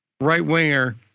right-winger